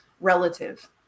relative